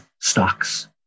stocks